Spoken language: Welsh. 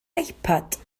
ipad